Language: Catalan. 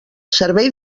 servei